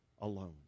alone